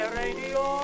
radio